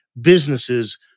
businesses